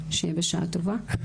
שיהיה בשעה טובה.